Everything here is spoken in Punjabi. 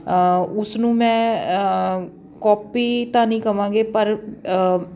ਉਸ ਨੂੰ ਮੈਂ ਕੋਪੀ ਤਾਂ ਨਹੀਂ ਕਹਾਂਗੇ ਪਰ